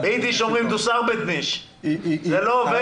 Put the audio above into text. זה לא עובד.